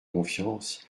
confiance